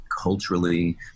culturally